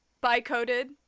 bi-coded